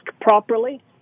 properly